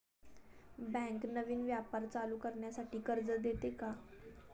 Bank नवीन व्यापार चालू करण्यासाठी कर्ज देते का?